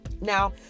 Now